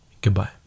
Goodbye